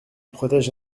protège